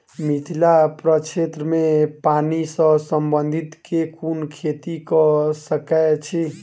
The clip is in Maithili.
मिथिला प्रक्षेत्र मे पानि सऽ संबंधित केँ कुन खेती कऽ सकै छी?